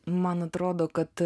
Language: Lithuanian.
man atrodo kad